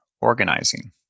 organizing